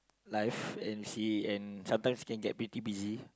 life and he and sometimes it can get pretty busy